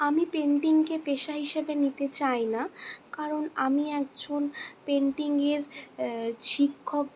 আমি পেন্টিংকে পেশা হিসেবে নিতে চাই না কারণ আমি একজন পেন্টিংয়ের শিক্ষক